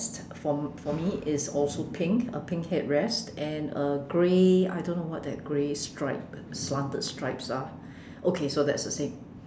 for for me it's also pink a pink headrest and a grey I don't know what that grey stripe slanted stripes are okay so that's the same